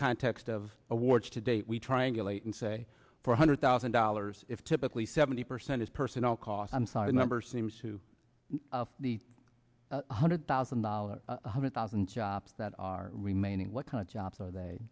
context of awards today we triangulate and say four hundred thousand dollars if typically seventy percent is personnel cost i'm sorry members seems to be the one hundred thousand dollars one hundred thousand jobs that are remaining what kind of jobs are they